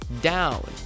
down